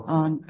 on